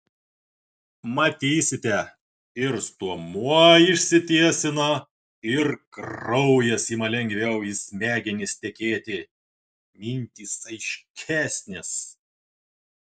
matysite ir stuomuo išsitiesina ir kraujas ima lengviau į smegenis tekėti mintys aiškesnės